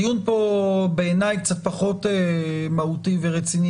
הדיון פה בעיניי קצת פחות מהותי ורציני